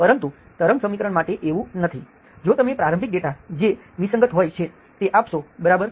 પરંતુ તરંગ સમીકરણ માટે એવું નથી જો તમે પ્રારંભિક ડેટા જે વિસંગત હોય છે તે આપશો બરાબર